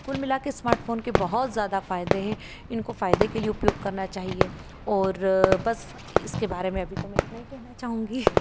कुल मिला कर स्मार्टफोन के बहुत ज़्यादा फायदे हैं इनको फायदे के लिए उपयोग करना चाहिए और बस इसके बारे में अभी तो मैं इतना ही कहना चाहूँगी